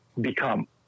become